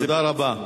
תודה רבה.